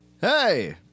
Hey